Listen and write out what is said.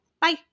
Bye